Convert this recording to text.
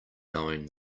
knowing